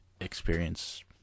experience